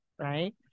right